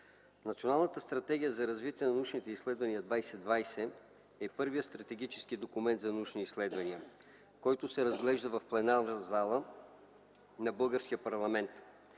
Националната стратегията за развитие на научните изследвания 2020 е първият стратегически документ за научни изследвания, който се разглежда в пленарната зала на българския парламент.